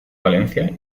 valencia